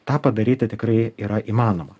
tą padaryti tikrai yra įmanoma